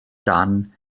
dan